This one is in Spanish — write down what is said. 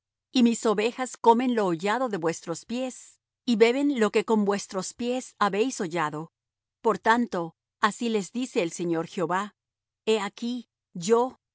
y mis ovejas comen lo hollado de vuestros pies y beben lo que con vuestros pies habéis hollado por tanto así les dice el señor jehová he aquí yo